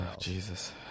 Jesus